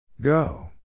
Go